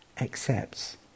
accepts